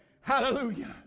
hallelujah